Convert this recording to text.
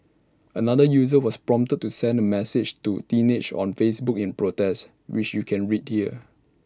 another user was prompted to send A message to teenage on Facebook in protest which you can read here